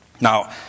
Now